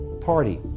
Party